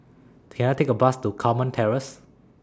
Can I Take A Bus to Carmen Terrace